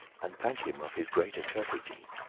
and thank him of his greate courtesy.